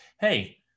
hey